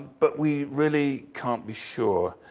but we really can't be sure.